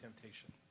temptation